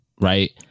right